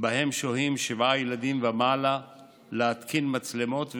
שבהם שוהים שבעה ילדים ומעלה להתקין מצלמות,